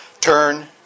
turn